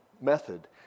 method